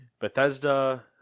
Bethesda